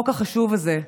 החוק החשוב הזה,